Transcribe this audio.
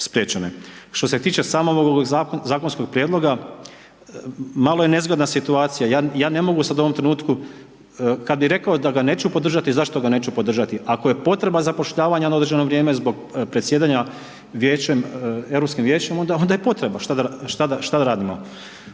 Što se tiče samog ovog zakonskog prijedloga malo je nezgodna situacija, ja ne mogu sad u ovom trenutku, kad bi rekao da ga neću podržati, zašto ga neću podržati, ako je potreba zapošljavanja na određeno vrijeme zbog predsjedanja Vijećem, EU vijećem, onda je potreba, šta da radimo,